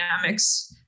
dynamics